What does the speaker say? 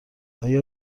آیا